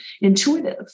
intuitive